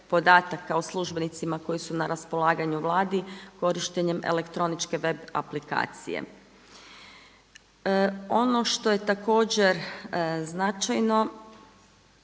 o službenicima koji su na raspolaganju u Vladi korištenjem elektroničke web aplikacije. Ono što je također značajno